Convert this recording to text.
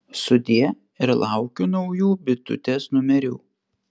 sudie ir laukiu naujų bitutės numerių